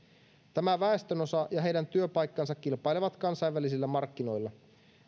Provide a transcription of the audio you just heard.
tämä väestönosa ja heidän työpaikkansa kilpailevat kansainvälisillä markkinoilla